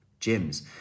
gyms